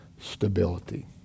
stability